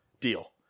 Deal